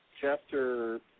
chapter